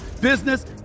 business